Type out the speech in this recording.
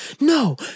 no